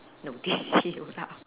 notice you lah